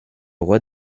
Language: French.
roi